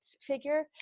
figure